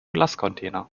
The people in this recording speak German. glascontainer